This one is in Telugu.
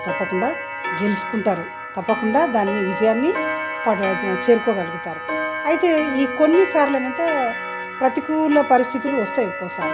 వాళ్ళు తప్పకుండా గెలుచుకుంటారు తప్పకుండా దాన్ని విజయాన్ని ప చేరుకోగలుగుతారు అయితే ఈ కొన్నిసార్లు ఏమంత ప్రతికూల పరిస్థితులు వస్తాయి ఒక్కోసారి